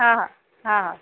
हां हां हां हां